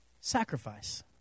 Sacrifice